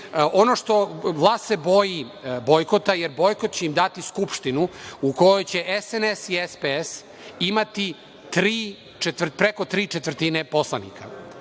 budućnosti. Vlast se boji bojkota, jer bojkot će im dati Skupštinu u kojoj će SNS i SPS imati preko tri četvrtine poslanika.